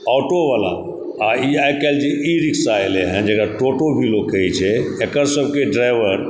ऑटोवला आओर ई आइकाल्हि जे ई रिक्शा जे अएलै हँ जकरा टोटो भी लोग कहैत छै एकर सभके ड्राइवर